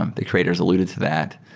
um the creators alluded to that.